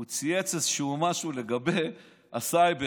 הוא צייץ משהו לגבי הסייבר.